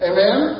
Amen